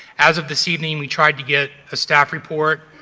as of this evening we tried to get a staff report.